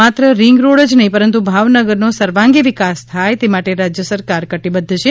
માત્ર ring road જ નહી પરંતુ ભાવનગરનો સર્વાંગી વિકાસ થાય તે માટે રાજ્ય સરકાર કટિબદ્ધ છે